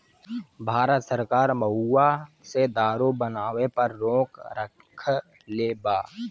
भारत सरकार महुवा से दारू बनावे पर रोक रखले बा